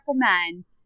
recommend